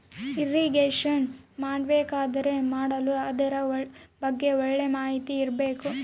irrigation ಮಾಡಬೇಕಾದರೆ ಮಾಡಲು ಅದರ ಬಗ್ಗೆ ಒಳ್ಳೆ ಮಾಹಿತಿ ಇರ್ಬೇಕು